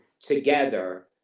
together